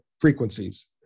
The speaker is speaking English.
frequencies